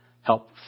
help